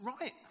right